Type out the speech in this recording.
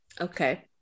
Okay